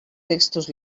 textos